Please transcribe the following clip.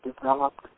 developed